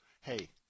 hey